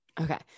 Okay